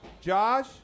Josh